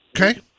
Okay